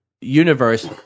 universe